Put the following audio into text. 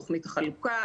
לתכנית החלוקה,